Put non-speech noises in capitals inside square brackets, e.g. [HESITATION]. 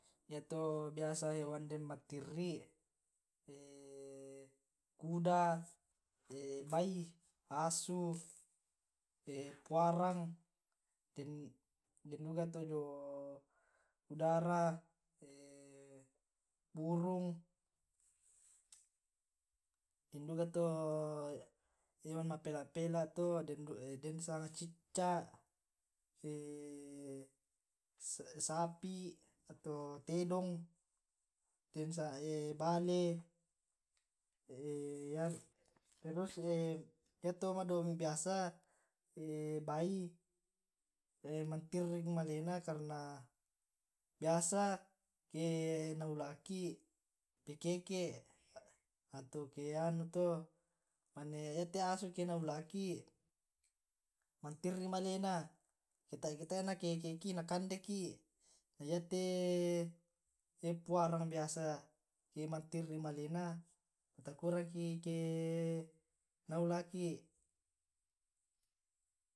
yato biasa den hewan matirri' [HESITATION] kuda [HESITATION] bai, asu, puarang [HESITATION] den duka to jio udara [HESITATION] burung. Den duka to hewan ma'pela'-pela' to den sanga cicca' [HESITATION] sapi, tedong, [HESITATION] bale [HESITATION] terus yato' madomi' biasa [HESITATION] bai. matirrik malena karna biasa [HESITATION] naula'ki pakeke' atau ke anu to mane yate asu ke aula'ki matirrik malena. eke tae' na keke'ki na kandeki. Iyate puarang biasa matirrik malena matakurangki ke naula'ki.